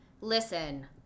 listen